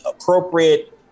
appropriate